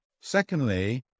Secondly